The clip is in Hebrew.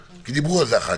כי דיברו על זה הח"כים.